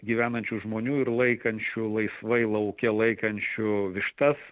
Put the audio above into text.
gyvenančių žmonių ir laikančių laisvai lauke laikančių vištas